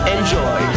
Enjoy